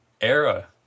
era